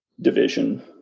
division